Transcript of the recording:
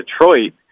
Detroit